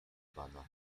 pana